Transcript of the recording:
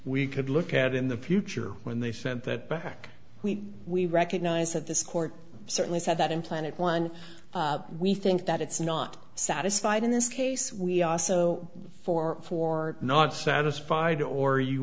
we could look at in the future when they sent that back we we recognize that this court certainly said that in planet one we think that it's not satisfied in this case we are so for for not satisfied or you